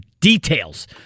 details